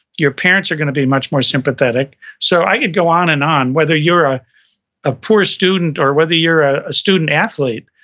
your parents are gonna be much more sympathetic. so, i could go on and on. whether you're a a poor student or whether you're a student athlete,